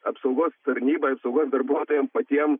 apsaugos tarnybai apsaugos darbuotojam patiem